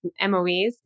MOEs